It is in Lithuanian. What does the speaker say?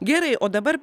gerai o dabar